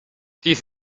dies